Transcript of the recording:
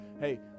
Hey